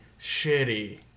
shitty